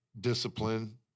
discipline